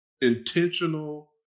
intentional